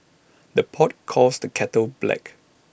the pot calls the kettle black